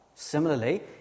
Similarly